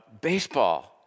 baseball